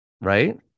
Right